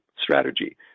strategy